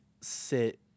sit